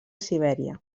sibèria